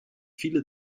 viele